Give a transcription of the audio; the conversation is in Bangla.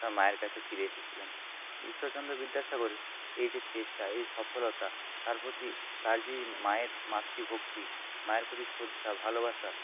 তার মায়ের কাছে ফিরে এসেছিলেন ঈশ্বরচন্দ্র বিদ্যাসাগর এই যে চেষ্টা এই সফলতা তার প্রতি তার যে মায়ের মাতৃভক্তি মায়ের প্রতি শ্রদ্ধা ভালোবাসা